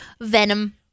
Venom